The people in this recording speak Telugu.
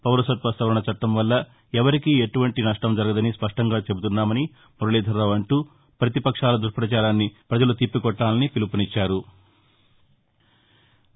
పౌరసత్వ సవరణ చట్టం వల్ల ఎవరికీ ఎటువంటి సష్టం జరగదని స్పష్టంగా చెబుతున్నామని మురళీధర్రావు అంటూ పతిపక్షాల దుప్బచారాన్ని ప్రపజలు తిప్పికొట్టాలని పిలుపునిచ్చారు